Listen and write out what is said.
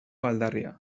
aldarria